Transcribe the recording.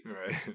right